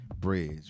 Bridge